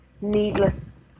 needless